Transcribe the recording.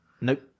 Nope